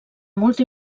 molta